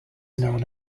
known